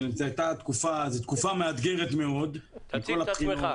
זו תקופה מאתגרת מאוד מכל הבחינות,